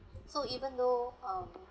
so even though um